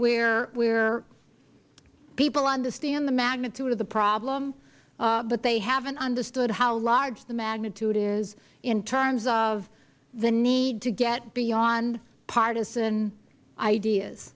people understand the magnitude of the problem but they haven't understood how large the magnitude is in terms of the need to get beyond partisan ideas